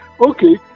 Okay